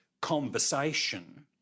conversation